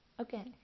Okay